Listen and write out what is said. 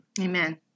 Amen